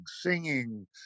singing